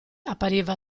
appariva